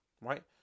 right